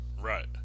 right